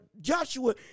Joshua